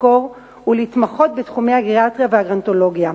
לחקור ולהתמחות בתחומי הגריאטריה והגרונטולוגיה.